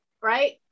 right